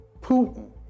Putin